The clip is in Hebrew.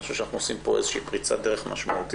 אני חושב שאנחנו עושים פה פריצת דרך משמעותית,